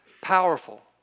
powerful